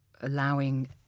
allowing